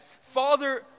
Father